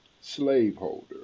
slaveholder